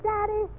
Daddy